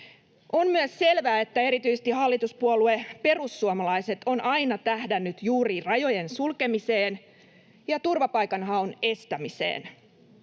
On myös selvää, että erityisesti hallituspuolue perussuomalaiset on aina tähdännyt juuri rajojen sulkemiseen ja turvapaikanhaun estämiseen.